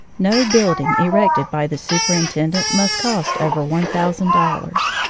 no building erected by the super intendent must cost over one thousand dol lars.